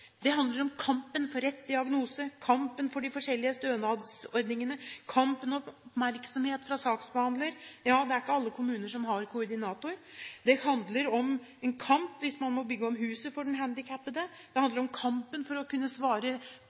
Det handler om kampen for rett diagnose, kampen for de forskjellige stønadsordningene og kampen om oppmerksomhet fra saksbehandler – ja, det er ikke alle kommuner som har koordinator. Det handler om en kamp hvis man må bygge om huset for den handikappede, det handler om kampen for å kunne